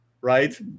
right